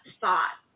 thought